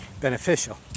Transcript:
beneficial